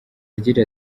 agira